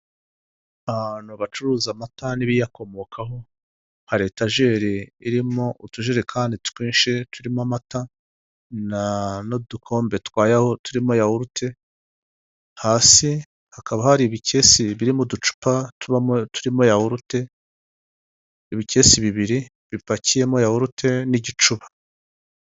Ahantu bacuruza amata n'ibiyakomokaho, hari etajeri irimo utujerekani twinshi turimo amata n'udukombe twa yawurute, turimo yawurute, hasi hakaba hari ibikesi birimo uducupa turimo yawurutse, ibikesi bibiri bipakiyemo yawurutse, n'igicuba.